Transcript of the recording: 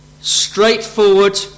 straightforward